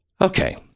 Okay